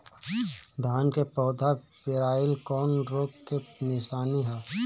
धान के पौधा पियराईल कौन रोग के निशानि ह?